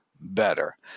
better